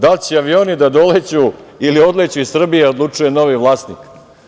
Da li će avioni da doleću ili odleću iz Srbije odlučuje novi vlasnik.